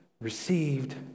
received